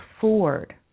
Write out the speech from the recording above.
Ford